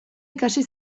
ikasi